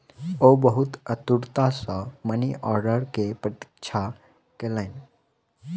ओ बहुत आतुरता सॅ मनी आर्डर के प्रतीक्षा कयलैन